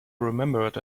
remembered